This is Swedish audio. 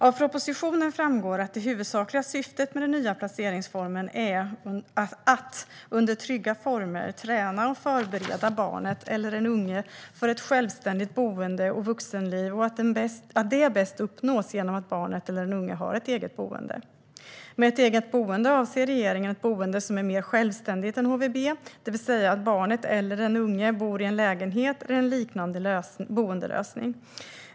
Av propositionen framgår att det huvudsakliga syftet med den nya placeringsformen är att, under trygga former, träna och förbereda barnet eller den unge för ett självständigt boende och vuxenliv och att det bäst uppnås genom att barnet eller den unge har ett eget boende. Med ett eget boende avser regeringen ett boende som är mer självständigt än HVB, det vill säga att barnet eller den unge bor i en lägenhet eller i en liknande boendelösning.